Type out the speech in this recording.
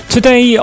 Today